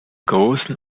großen